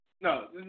No